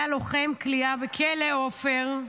היה לוחם כליאה בכלא עופר.